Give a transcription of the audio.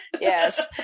Yes